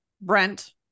brent